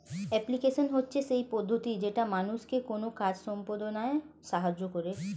application হচ্ছে সেই পদ্ধতি যেটা মানুষকে কোনো কাজ সম্পদনায় সাহায্য করে